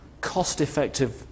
cost-effective